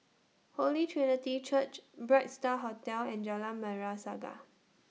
Holy Trinity Church Bright STAR Hotel and Jalan Merah Saga